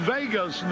Vegas